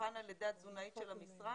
שהוכן על ידי התזונאית של המשרד.